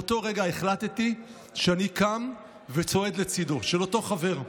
באותו רגע החלטתי שאני קם וצועד לצידו של אותו חבר,